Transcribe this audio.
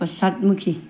পশ্চাদমুখী